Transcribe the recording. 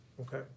okay